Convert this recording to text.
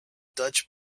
dutch